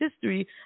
history